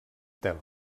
telm